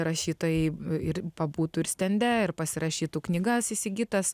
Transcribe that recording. rašytojai ir pabūtų ir stende ir pasirašytų knygas įsigytas